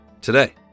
today